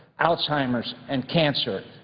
alzheimer's and cancer,